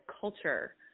culture